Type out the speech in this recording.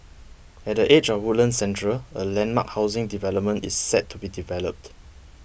at the edge of Woodlands Central a landmark housing development is set to be developed